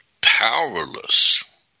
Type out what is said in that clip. powerless